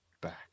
back